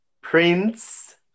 Prince